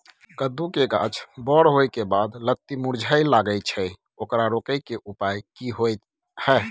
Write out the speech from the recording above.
कद्दू के गाछ बर होय के बाद लत्ती मुरझाय लागे छै ओकरा रोके के उपाय कि होय है?